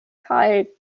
kaj